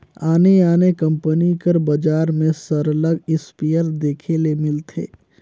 आने आने कंपनी कर बजार में सरलग इस्पेयर देखे ले मिलथे